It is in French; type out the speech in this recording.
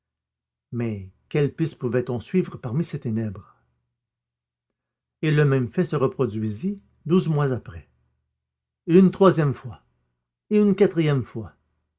mais quelle piste pouvait-on suivre parmi ces ténèbres et le même fait se reproduisit douze mois après et une troisième fois et une quatrième fois